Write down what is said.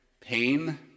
pain